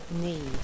need